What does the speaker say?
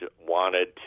wanted